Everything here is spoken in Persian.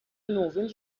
نوین